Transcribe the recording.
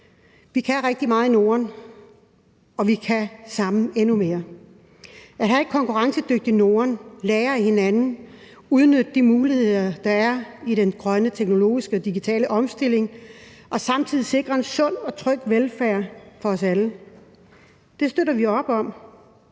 Vi kan rigtig meget i Norden, og vi kan sammen endnu mere. At have et konkurrencedygtigt Norden, at lære af hinanden og udnytte de muligheder, der er i den grønne teknologiske og digitale omstilling, og samtidig at sikre en sund og tryg velfærd for os alle, støtter vi op om.